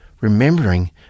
remembering